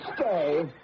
stay